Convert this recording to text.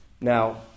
Now